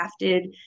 crafted